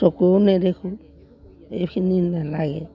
চকুৰে নেদেখোঁ এইখিনি নেলাগে